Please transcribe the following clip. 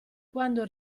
quando